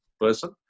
person